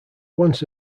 once